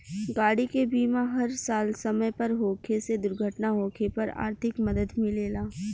गाड़ी के बीमा हर साल समय पर होखे से दुर्घटना होखे पर आर्थिक मदद मिलेला